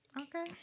Okay